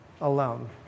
alone